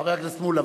חבר הכנסת מולה,